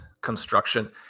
construction